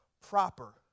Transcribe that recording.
proper